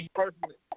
personally